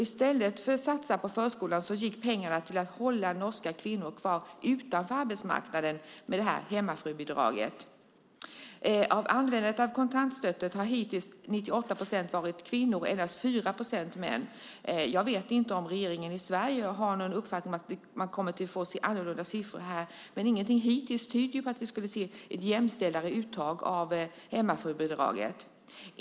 I stället för satsningar på förskolan gick pengarna till att hålla norska kvinnor kvar utanför arbetsmarknaden med det här hemmafrubidraget. Av kontantstøtten har hittills 96 procent använts av kvinnor och endast 4 procent av män. Jag vet inte om regeringen i Sverige har någon uppfattning om vi kommer att få se annorlunda siffror här, men ingenting hittills tyder på att vi skulle se ett mer jämställt uttag av hemmafrubidraget.